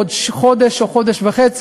לפני חודש או חודש וחצי,